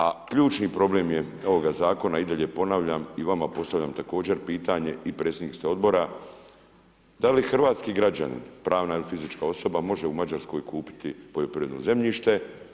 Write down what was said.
A ključni problem je ovoga zakona i dalje ponavljam i vama postavljam također pitanje i predsjednik ste odbora, da li hrvatski građanin, pravna ili fizička osoba može u Mađarskoj kupiti poljoprivredno zemljište.